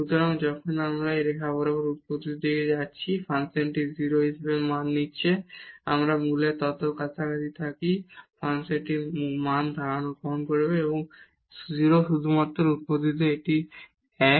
সুতরাং যখন আমরা এখানে এই রেখা বরাবর উৎপত্তির দিকে এগিয়ে যাচ্ছি ফাংশনটি 0 হিসাবে মান নিচ্ছে আমরা মূলের যত কাছাকাছিই থাকি ফাংশনটি মান গ্রহণ করবে 0 শুধুমাত্র উৎপত্তিতে এটি 1